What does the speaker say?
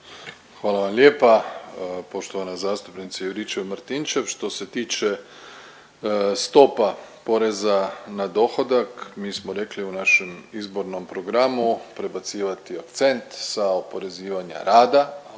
Hvala vam lijepa. Poštovana zastupnice Juričev-Martinčev. Što se tiče stopa poreza na dohodak, mi smo rekli u našem izbornom programu prebacivati akcent sa oporezivanja rada